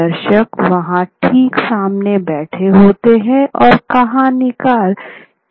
दर्शकों वहां ठीक सामने बैठे होते हैं और कहानीकार से वक्ता बात कर सकता है